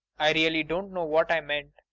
i really don't know what i meant.